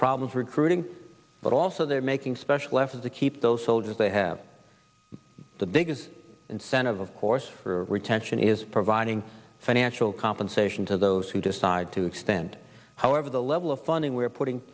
problems recruiting but also they're making special efforts to keep those soldiers they have the biggest incentive of course for retention is providing financial compensation to those who decide to extend however the level of funding we are putting